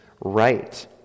right